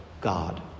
God